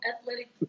athletic